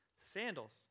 sandals